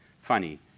funny